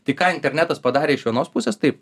tai ką internetas padarė iš vienos pusės tai